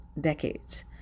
decades